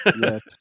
Yes